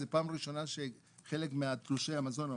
זו הפעם הראשונה שחלק מתלושי המזון,